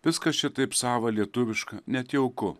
viskas čia taip sava lietuviška net jauku